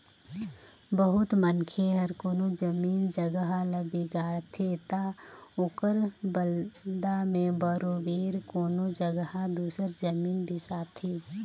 बहुत मनखे हर कोनो जमीन जगहा ल बिगाड़थे ता ओकर बलदा में बरोबेर कोनो जगहा दूसर जमीन बेसाथे